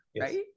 right